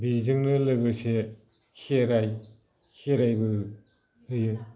बेजोंनो लोगोसे खेराइ खेराइबो होयो